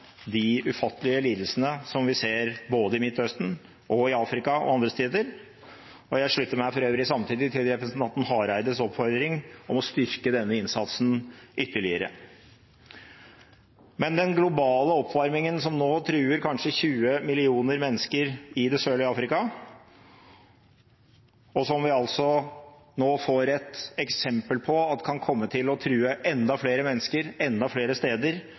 de ufattelige lidelsene som vi ser både i Midtøsten, i Afrika og andre steder. Jeg slutter meg for øvrig samtidig til representanten Hareides oppfordring om å styrke denne innsatsen ytterligere. Den globale oppvarmingen som nå truer kanskje 20 millioner mennesker i det sørlige Afrika, og som vi altså nå får et eksempel på at kan komme til å true enda flere mennesker enda flere steder